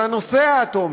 על הנושא האטומי,